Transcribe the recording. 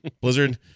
Blizzard